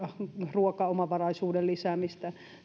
ruokaomavaraisuuden lisäämistä